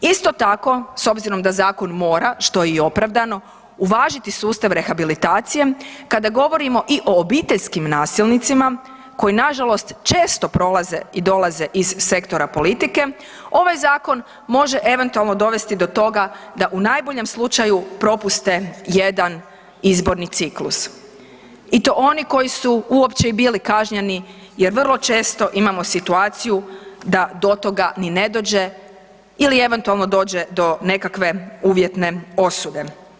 Isto tako, s obzirom da zakon mora, što je i opravdano, uvažiti sustav rehabilitacije, kada govorimo o obiteljskim nasilnicima, koji nažalost često prolaze i dolaze iz sektora politike, ovaj zakon može eventualno dovesti do toga da u najboljem slučaju propuste jedan izborni ciklus i to oni koji su uopće i bili kažnjeni jer vrlo često imamo situaciju da do toga ni ne dođe ili eventualno dođe do nekakve uvjetne osude.